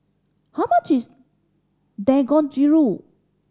how much is Dangojiru